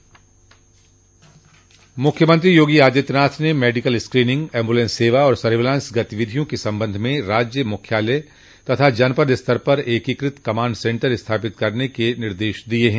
मुख्यमंत्री योगी आदित्यनाथ ने medical screening ambulance सेवा और सर्विलांस गतिविधियों के संबंध में राज्य मुख्यालय तथा जनपद स्तर पर एकीकृत कमांड सेंटर स्थापित करने के निर्देश दिये हैं